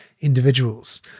individuals